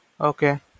Okay